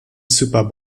super